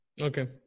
okay